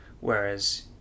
whereas